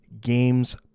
games